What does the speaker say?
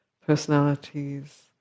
personalities